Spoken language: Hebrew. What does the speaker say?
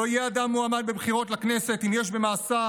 לא יהיה אדם מועמד בבחירות לכנסת אם יש במעשיו,